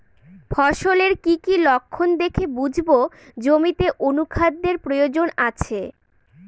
ফসলের কি কি লক্ষণ দেখে বুঝব জমিতে অনুখাদ্যের প্রয়োজন আছে?